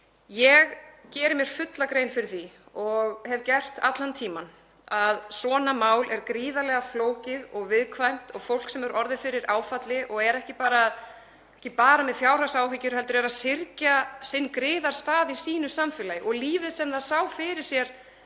Ég geri mér fulla grein fyrir því og hef gert allan tímann að svona mál er gríðarlega flókið og viðkvæmt og fólk sem hefur orðið fyrir áfalli og er ekki bara með fjárhagsáhyggjur heldur er að syrgja sinn griðastað í sínu samfélagi og lífið sem það sá fyrir sér